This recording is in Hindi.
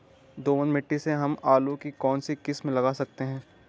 दोमट मिट्टी में हम आलू की कौन सी किस्म लगा सकते हैं?